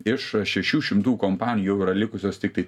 iš šešių šimtų kompanijų jau yra likusios tiktai